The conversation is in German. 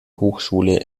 hochschule